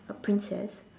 a princess